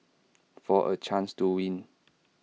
for A chance to win